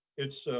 it's,